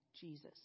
Jesus